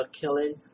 killing